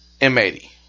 M80